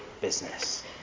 business